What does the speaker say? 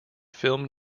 film